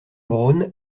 braun